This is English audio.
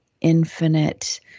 infinite